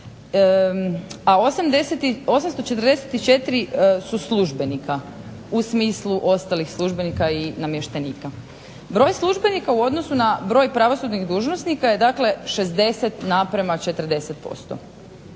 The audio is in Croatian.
a 844 su službenika u smislu ostalih službenika i namještenika. Broj službenika u odnosu na broj pravosudnih dužnosnika je dakle 60 na prema 40%.